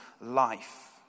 life